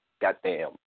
goddamn